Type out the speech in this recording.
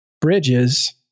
bridges